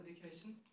education